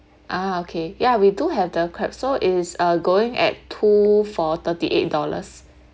ah okay yeah we do have the crabs so it's uh going at two for thirty eight dollars